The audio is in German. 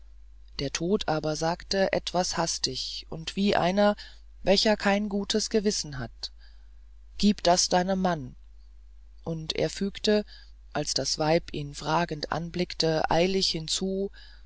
der tod aber sagte etwas hastig und wie einer welcher kein gutes gewissen hat gieb das deinem mann und er fügte als das weib ihn fragend anblickte eilig hinzu